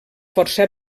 força